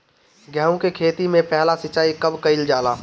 गेहू के खेती मे पहला सिंचाई कब कईल जाला?